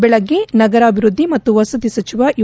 ಬೆಳಗ್ಗೆ ನಗರಾಭಿವೃದ್ದಿ ಮತ್ತು ವಸತಿ ಸಚಿವ ಯು